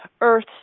earth